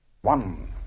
One